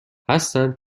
هستند